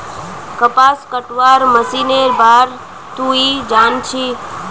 कपास कटवार मशीनेर बार तुई जान छि